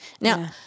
Now